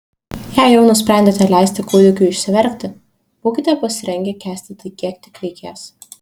jei jau nusprendėte leisti kūdikiui išsiverkti būkite pasirengę kęsti tai kiek tik reikės